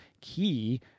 key